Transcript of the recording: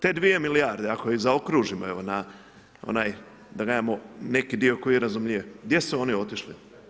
Te 2 milijarde, ako ih zaokružimo na onaj da kažemo neki dio koji je razumljivi, gdje su oni otišli?